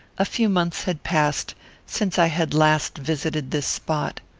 a few months had passed since i had last visited this spot.